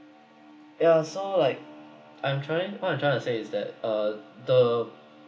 yeah so like I am trying what I'm trying to say is that uh the